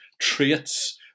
traits